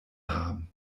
haben